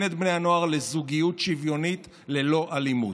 את בני הנוער לזוגיות שוויונית ללא אלימות.